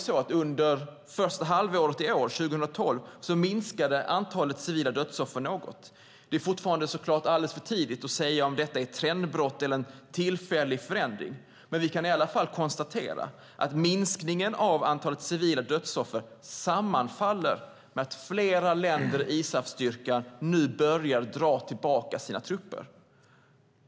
Under det första halvåret i år, 2012, minskade visserligen antalet civila dödsoffer något. Det är fortfarande för tidigt att säga om detta är ett trendbrott eller en tillfällig förändring, men vi kan i alla fall konstatera att minskningen av antalet civila dödsoffer sammanfaller med att flera länder i ISAF-styrkan börjar dra tillbaka sina trupper.